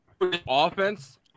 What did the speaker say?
offense